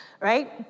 right